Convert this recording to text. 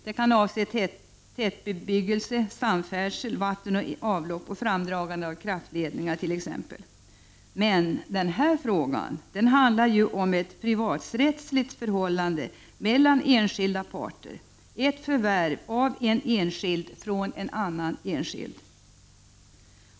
Det kan avse t.ex. tätbebyggelse, samfärdsel, vatten och avlopp, framdragande av kraftledningar osv. Men denna fråga handlar ju om ett privaträttsligt förhållande mellan enskilda parter. Det handlar om ett förvärv av en enskild från en annan enskild.